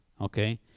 Okay